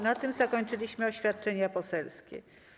Na tym zakończyliśmy oświadczenia poselskie.